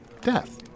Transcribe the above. death